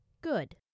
Good